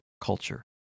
culture